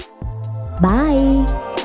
Bye